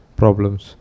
problems